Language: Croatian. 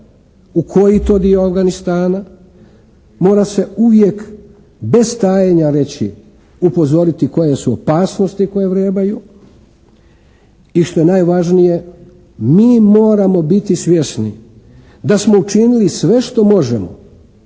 U koji to dio Afganistana. Mora se uvijek bez tajenja reći, upozoriti koje su opasnosti koje vrebaju i što je najvažnije mi moramo biti svjesni da smo učinili sve što možemo,